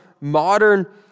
modern